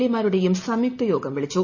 A മാരുടെയും സംയുക്ത യോഗം വിളിച്ചു